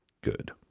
Good